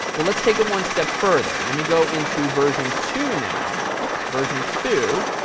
well let's take a one step further. let me go into version two now, oops, version two